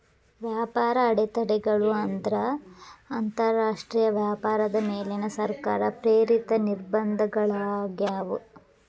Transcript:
ವ್ಯಾಪಾರ ಅಡೆತಡೆಗಳು ಅಂದ್ರ ಅಂತರಾಷ್ಟ್ರೇಯ ವ್ಯಾಪಾರದ ಮೇಲಿನ ಸರ್ಕಾರ ಪ್ರೇರಿತ ನಿರ್ಬಂಧಗಳಾಗ್ಯಾವ